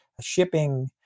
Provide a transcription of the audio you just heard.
shipping